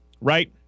right